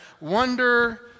Wonder